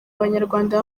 abanyarwanda